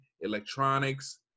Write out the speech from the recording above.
electronics